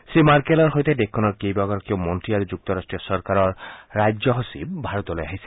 শ্ৰীমাৰ্কেলৰ সৈতে দেশখনৰ কেইবাগৰাকীও মন্ত্ৰী আৰু যুক্তবাট্টীয় চৰকাৰৰ ৰাজ্য সচিব ভাৰতলৈ আহিছে